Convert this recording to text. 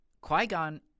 Qui-Gon